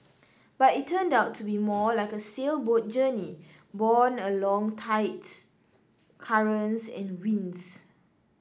but it turned out to be more like a sailboat journey borne along by tides currents and winds